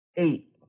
eight